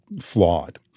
flawed